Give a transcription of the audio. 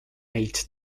eight